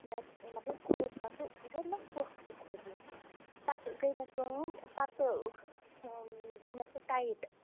مےٚ مطلب کھوٚل پَتہٕ مطلب پھۄکھ ہیٛوٗ کھوٚت مےٚ پَتہٕ گٔے مےٚ کٲم پَتہٕ گوٚو مےٚ سُہ ٹایِٹ